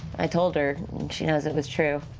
i told her, and she knows it was true.